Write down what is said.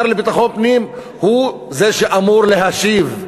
לביטחון הפנים הוא זה שאמור להשיב,